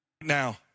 Now